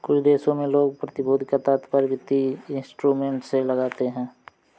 कुछ देशों में लोग प्रतिभूति का तात्पर्य वित्तीय इंस्ट्रूमेंट से लगाते हैं